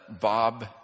bob